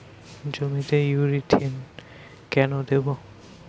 জমিতে ইরথিয়ন কেন দেবো?